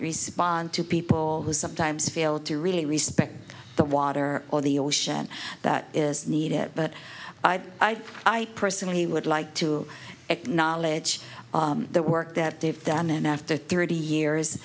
respond to people who sometimes fail to really respect the water or the ocean that is need it but i i personally would like to acknowledge the work that they've done and after thirty years